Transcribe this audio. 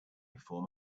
before